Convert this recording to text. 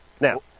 Now